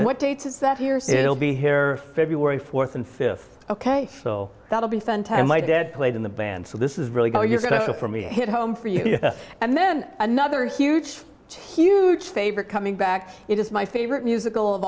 what dates is that years it'll be here february fourth and fifth ok so that'll be a fun time my dad played in the band so this is really go you're going to go for me hit home for you and then another huge huge favor coming back it is my favorite musical of